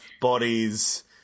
bodies